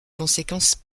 conséquences